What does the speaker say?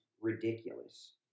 ridiculous